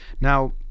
Now